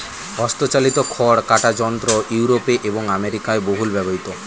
হস্তচালিত খড় কাটা যন্ত্র ইউরোপে এবং আমেরিকায় বহুল ব্যবহৃত